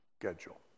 schedule